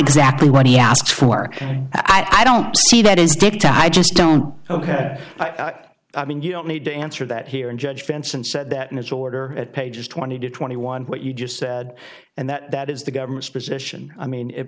exactly what he asked for i don't see that is dicta i just don't ok i mean you don't need to answer that here and judge franson said that in his order at pages twenty to twenty one what you just said and that that is the government's position i mean